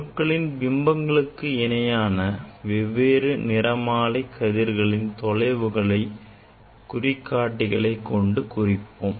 பொருட்களின் பிம்பங்களுக்கு இணையான வெவ்வேறு நிறமாலை கதிர்களின் தொலைவுகளை குறிகாட்டிகளைக் கொண்டு குறிப்போம்